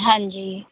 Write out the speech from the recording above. ਹਾਂਜੀ